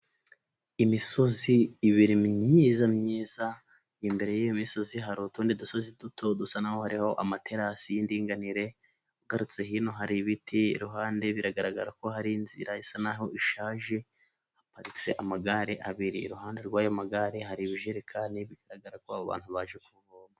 Imisozi ibiri myiza myiza, imbere y'iyo misozi hari utundi dusozi duto dusa n'aho hariho amaterasi y'indinganire, ugarutse hino hari ibiti iruhande biragaragara ko hari inzira isa n'aho ishaje, haparitse amagare abiri, iruhande rw'ayo magare hari ibijerekani bigaragara ko abo bantu baje kuvoma.